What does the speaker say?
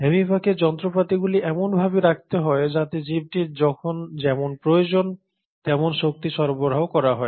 অ্যামিবাকে যন্ত্রপাতিগুলি এমনভাবে রাখতে হয় যাতে জীবটির যখন যেমন প্রয়োজন তেমন শক্তি সরবরাহ করা হয়